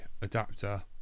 adapter